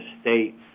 state